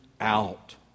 out